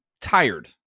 tired